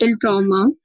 trauma